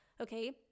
okay